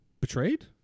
betrayed